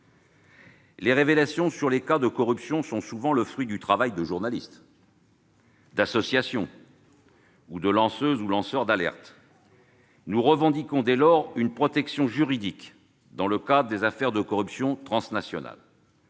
Les révélations sur les cas de corruption sont souvent le fruit du travail de journalistes, d'associations ou de lanceuses et lanceurs d'alerte. Ou des opposants ! Dès lors, nous revendiquons l'instauration d'une protection juridique dans le cadre des affaires de corruption transnationale.